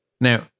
Now